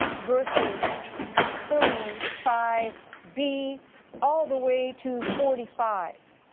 verses thirty five b all the way to forty five,